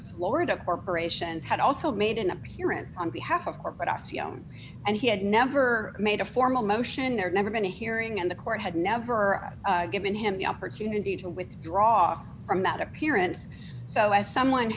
florida corporations had also made an appearance on behalf of corporate office young and he had never made a formal motion there never been a hearing and the court had never given him the opportunity to withdraw from that appearance so as someone